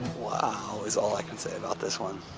wow is all i can say about this one.